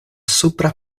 supra